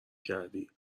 کردی